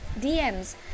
DMs